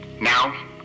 Now